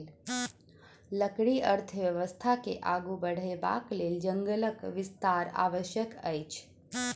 लकड़ी अर्थव्यवस्था के आगू बढ़यबाक लेल जंगलक विस्तार आवश्यक अछि